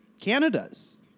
Canada's